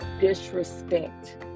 disrespect